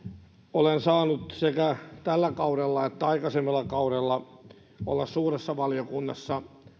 olen saanut sekä tällä kaudella että aikaisemmalla kaudella olla suuressa valiokunnassa